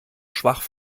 schwach